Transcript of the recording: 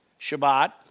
Shabbat